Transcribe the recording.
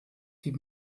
die